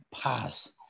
pass